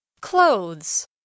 Clothes